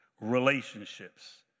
Relationships